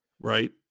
Right